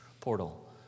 portal